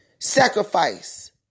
sacrifice